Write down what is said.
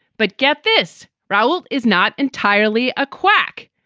but get this. raul is not entirely a quack.